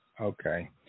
Okay